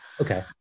okay